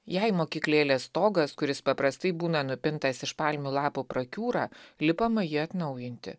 jei mokyklėlės stogas kuris paprastai būna nupintas iš palmių lapų prakiūra lipama jį atnaujinti